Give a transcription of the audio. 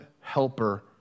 helper